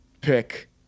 pick